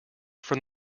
from